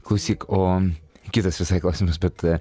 klausyk o kitas visai klausimas bet